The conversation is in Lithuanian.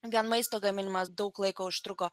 gan maisto gaminimas daug laiko užtruko